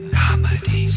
comedy